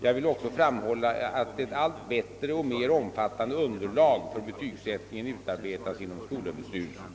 Jag vill också framhålla att ett allt bättre och mer omfattande underlag för betygsättningen utarbetas inom skolöverstyrelsen.